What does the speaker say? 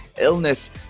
illness